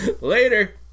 Later